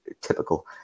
Typical